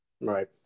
Right